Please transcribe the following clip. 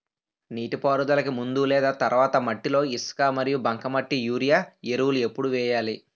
నీటిపారుదలకి ముందు లేదా తర్వాత మట్టిలో ఇసుక మరియు బంకమట్టి యూరియా ఎరువులు ఎప్పుడు వేయాలి?